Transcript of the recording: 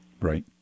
Right